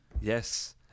Yes